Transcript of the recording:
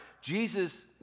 Jesus